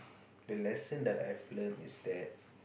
the lesson that I've learnt is that